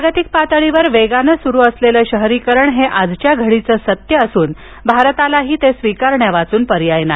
जागतिक पातळीवर वेगानं सुरू असलेलं शहरीकरण हे आजच्या घडीचं सत्य असून भारतालाही ते स्वीकाराण्यावाचून पर्याय नाही